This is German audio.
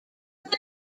mit